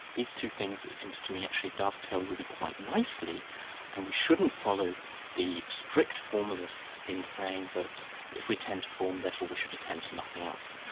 these two things, it seems to me actually dovetail really quite nicely and we shouldn't follow the strict formalists in saying that if we attend to form, therefore we should attend to nothing else.